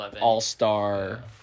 all-star